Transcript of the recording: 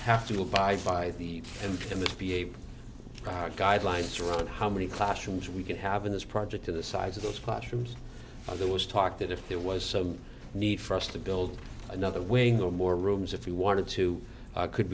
have to abide by the committee a guideline to run how many classrooms we can have in this project to the size of those classrooms and there was talk that if there was some need for us to build another wing or more rooms if we wanted to could